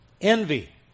envy